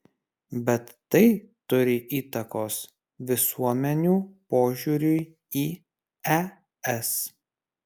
bet tai turi įtakos visuomenių požiūriui į es